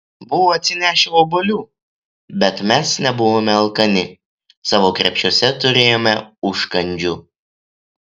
buvo atsinešę obuolių bet mes nebuvome alkani savo krepšiuose turėjome užkandžių